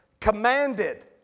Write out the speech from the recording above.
commanded